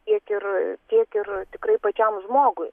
tiek ir tiek ir tikrai pačiam žmogui